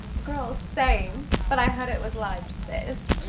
girl same! but i heard it was like this.